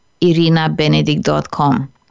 IrinaBenedict.com